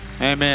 amen